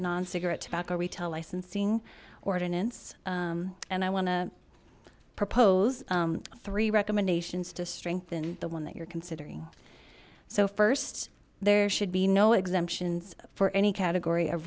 non cigarette tobacco retail licensing ordinance and i want to propose three recommendations to strengthen the one that you're considering so first there should be no exemptions for any category of